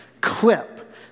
clip